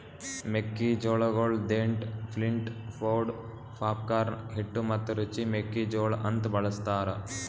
ಮೆಕ್ಕಿ ಜೋಳಗೊಳ್ dent, flint, pod, popcorn, ಹಿಟ್ಟು ಮತ್ತ ರುಚಿ ಮೆಕ್ಕಿ ಜೋಳ ಅಂತ್ ಬಳ್ಸತಾರ್